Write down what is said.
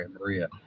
Maria